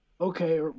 okay